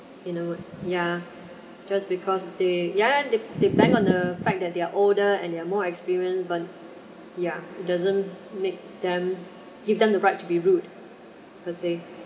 you know ya just because they yeah they they bang on the fact that they're older and they're more experience but ya doesn't make them give them the right to be rude per se